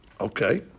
Okay